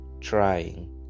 trying